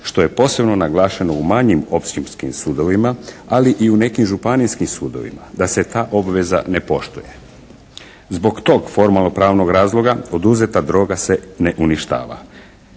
što je posebno naglašeno u manjim općinskim sudovima ali i nekim županijskim sudovima da se ta obveza ne poštuje. Zbog tog formalno-pravnog razloga oduzeta droga se ne uništava.